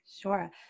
Sure